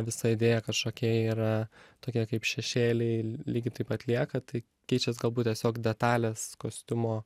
visa idėja kad šokėjai yra tokie kaip šešėliai lygiai taip pat lieka tik keičias galbūt tiesiog detalės kostiumo